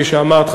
כפי שאמרת,